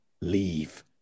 Leave